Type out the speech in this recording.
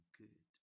good